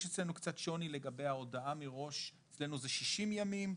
יש אצלנו קצת שוני לגבי ההודעה מראש אצלנו זה 60 ימים,